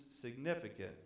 significant